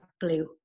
blue